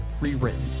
rewritten